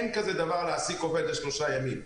אין כזה דבר להעסיק עובד שלושה ימים,